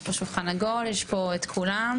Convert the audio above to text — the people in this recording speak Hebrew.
יש פה שולחן עגול, יש פה את כולם.